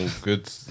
Good